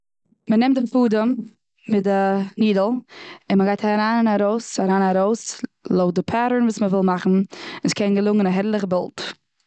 מ'נעמט די פאדעם מיט די נידל און מ'גייט אריין און ארויס, אריין ארויס, לויט די פעטערן וואס מ'וויל מאכן. און ס'קען געלונגען א הערליכע בילד.